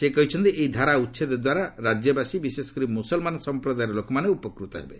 ସେ କହିଛନ୍ତି ଏହି ଧାରା ଉଚ୍ଛେଦ ଦ୍ୱାରା ରାଜ୍ୟବାସୀ ବିଶେଷ କରି ମୁସଲମାନ ସମ୍ପ୍ରଦାୟର ଲୋକମାନେ ଉପକୃତ ହେବେ